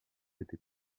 été